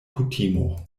kutimo